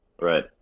Right